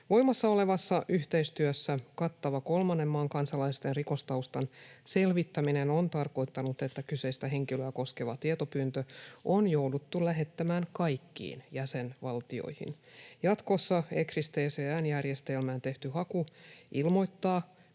Voimassa olevassa yhteistyössä kattava kolmannen maan kansalaisten rikostaustan selvittäminen on tarkoittanut, että kyseistä henkilöä koskeva tietopyyntö on jouduttu lähettämään kaikkiin jäsenvaltioihin. Jatkossa ECRIS-TCN-järjestelmään tehty haku ilmoittaa,